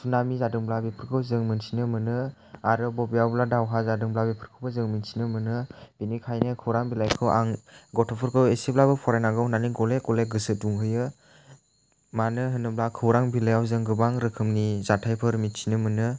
tsunami जादोंब्ला बेफोरखौ जों मिनथिनो मोनो आरो बबेयावबा दावहा जादोंब्ला बेफोरखौबो जों मिथिनो मोनो बेनिखायनो खौरां बिलाइखौ आं गथ'फोरखौ एसेब्लाबो फरायनांगौ होननानै गले गले गोसो दुंहोयो मानो होनोब्ला खौरां बिलाइयाव जों गोबां रोखोमनि जाथायफोर मिथिनो मोनो